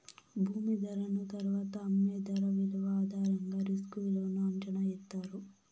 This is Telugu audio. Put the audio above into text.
భూమి ధరను తరువాత అమ్మే ధర విలువ ఆధారంగా రిస్క్ విలువను అంచనా ఎత్తారు